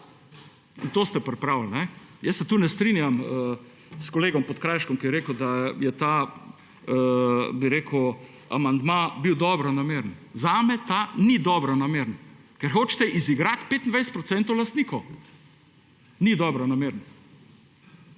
in to ste pripravili. Jaz se tukaj ne strinjam s kolegom Podkrajškom, ki je rekel, da je ta bi rekel amandma bil dobronameren. Zame ta ni dobronameren, ker hočete izigrati 25 % lastnikov, ni dobronameren.